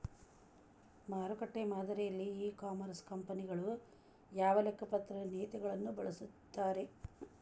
ಮಾರುಕಟ್ಟೆ ಮಾದರಿಯಲ್ಲಿ e commerce ಕಂಪನಿಗಳು ಯಾವ ಲೆಕ್ಕಪತ್ರ ನೇತಿಗಳನ್ನ ಬಳಸುತ್ತಾರಿ?